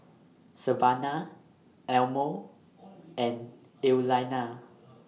Savannah Elmo and Iliana